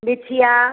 बिछिया